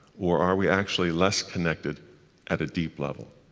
or are we actually less connected at a deep level?